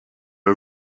are